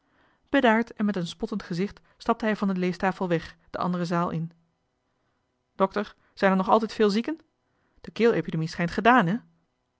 bedaard en met een spottend gezicht stapte hij van de leestafel weg de andere zaal in dokter zijn er nog altijd veel zieken de keel epidemie schijnt gedaan hè